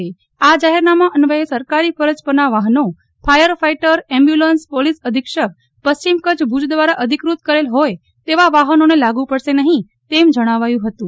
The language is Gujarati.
આ જાહેરનામા અન્વયે સરકારી ફરજ પરના વાહનો ફાયર ફાઈટર એમ્બ્યુલન્સ પોલીસ અધીક્ષક પશ્ચિમ કચ્છ ભુજ દ્વારા અધિકૃત કરેલ હોય તેવા વાહનોને લાગુ પડશે નહીં તેમ જણાવાયું હતું